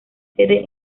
sede